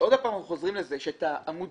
עוד הפעם אנחנו חוזרים לזה שאת העמודים